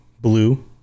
blue